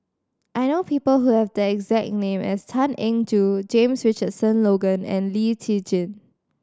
I know people who have the exact name as Tan Eng Joo James Richardson Logan and Lee Tjin